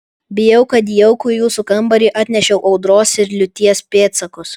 bijau kad į jaukų jūsų kambarį atnešiau audros ir liūties pėdsakus